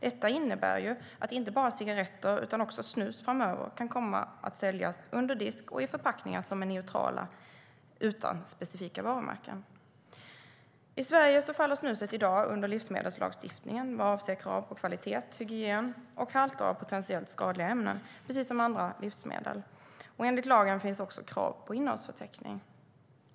Detta innebär att inte bara cigaretter utan också snus framöver kan komma att säljas under disk i förpackningar som är neutrala utan specifika varumärken.I Sverige faller snuset i dag under livsmedelslagstiftningen vad avser krav på kvalitet, hygien och halter av potentiellt skadliga ämnen, precis som andra livsmedel. Enligt lagen finns också krav på innehållsförteckning.